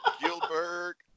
Gilbert